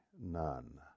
none